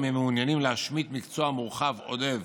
הם מעוניינים להשמיט מקצוע מורחב עודף